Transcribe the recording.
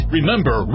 Remember